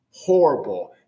horrible